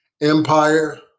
Empire